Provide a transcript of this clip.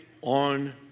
on